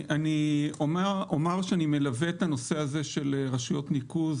אני מלווה את נושא רשויות הניקוז